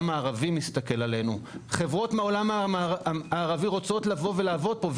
הערבי מסתכל עלינו חברות מהעולם הערבי רוצות לבוא ולעבוד פה,